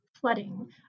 flooding